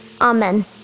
amen